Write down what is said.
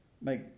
make